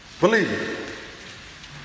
believe